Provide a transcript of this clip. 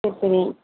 சரி சரி